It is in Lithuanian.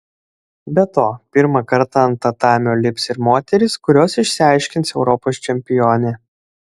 be to pirmą kartą ant tatamio lips ir moterys kurios išsiaiškins europos čempionę